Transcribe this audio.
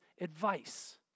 advice